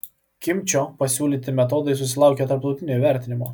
kimčio pasiūlyti metodai susilaukė tarptautinio įvertinimo